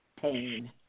pain